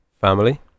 family